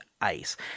ice